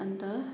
अन्त